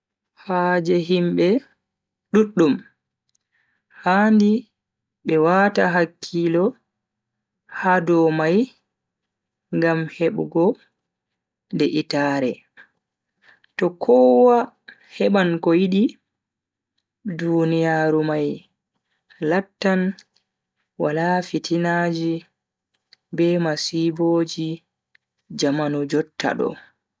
Haje himbe duudum handi be wata hakkilo ha dow mai ngam hebugo de'itaare. to kowa heban ko yidi, duniyaaru mai lattan wala fitinaji be masiboji jamanu jotta do.